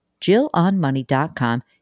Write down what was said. JillOnMoney.com